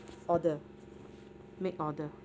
order make order